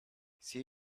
see